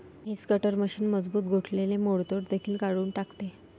hedge cutter machine मजबूत गोठलेले मोडतोड देखील काढून टाकते